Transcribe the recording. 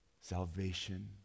salvation